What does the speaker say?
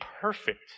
perfect